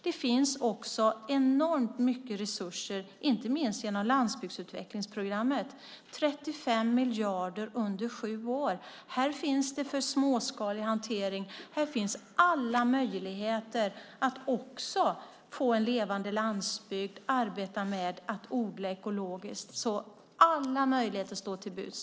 Det finns enormt mycket resurser, inte minst genom Landsbygdsutvecklingsprogrammet: 35 miljarder under sju år. Här finns det medel för småskalig hantering. Här finns alla möjligheter att också få en levande landsbygd och att arbeta med att odla ekologiskt. Alla möjligheter står till buds.